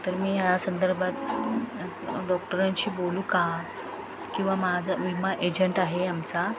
तर मी ह्या संदर्भात डॉक्टरांशी बोलू का किंवा माझं विमा एजंट आहे आमचा